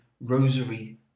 Rosary